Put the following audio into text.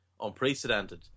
unprecedented